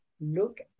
look